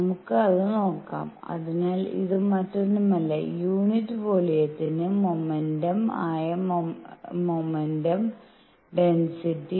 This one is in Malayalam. നമുക്ക് അത് നോക്കാം അതിനാൽ ഇത് മറ്റൊന്നുമല്ല യൂണിറ്റ് വോളിയത്തിന് മൊമെന്റം ആയ മൊമെന്റം ഡെൻസിറ്റി